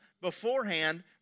beforehand